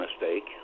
mistake